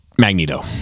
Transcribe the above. Magneto